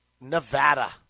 Nevada